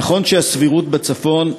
נכון שהסבירות בצפון,